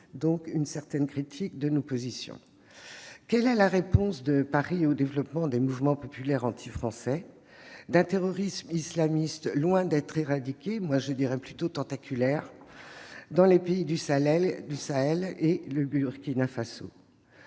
porté un certain regard critique sur nos positions. Quelle est la réponse de Paris au développement des mouvements populaires anti-Français et d'un terrorisme islamiste loin d'être éradiqué, et même plutôt tentaculaire, dans les pays du Sahel comme le Burkina Faso ?